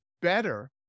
better